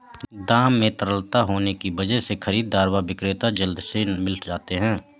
दाम में तरलता होने की वजह से खरीददार व विक्रेता जल्दी से मिल जाते है